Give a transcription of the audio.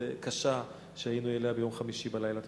המאוד-קשה, שהיינו עדים לה ביום חמישי בלילה.